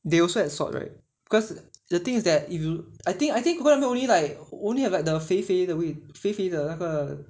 they also have salt right cause the thing is that if you I think I think hawker only like only have like the 肥肥的 wing 肥肥的那个